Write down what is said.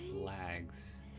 lags